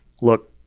look